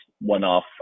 one-off